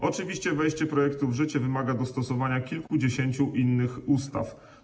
Oczywiście wejście projektu w życie wymaga dostosowania kilkudziesięciu innych ustaw.